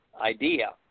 idea